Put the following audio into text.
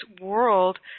world